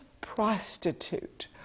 prostitute